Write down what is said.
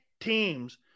teams